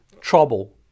trouble